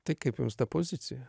tai kaip jums ta pozicija